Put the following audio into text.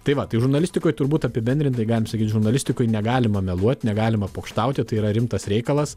tai va tai žurnalistikoj turbūt apibendrintai galim sakyt žurnalistikoj negalima meluot negalima pokštauti tai yra rimtas reikalas